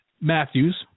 Matthews